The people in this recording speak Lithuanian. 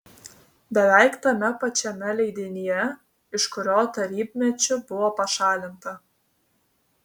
beveik tame pačiame leidinyje iš kurio tarybmečiu buvo pašalinta